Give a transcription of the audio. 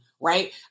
right